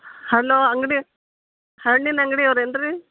hello ಅಂಗಡಿ ಹಣ್ಣಿನ ಅಂಗ್ಡಿಯವ್ರೇನು ರೀ